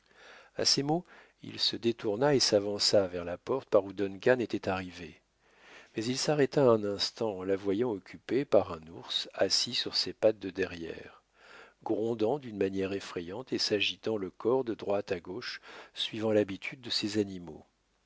à ces mots il se détourna et s'avança vers la porte par où duncan était arrivé mais il s'arrêta un instant en la voyant occupée par un ours assis sur ses pattes de derrière grondant d'une manière effrayante et s'agitant le corps de droite à gauche suivant l'habitude de ces animaux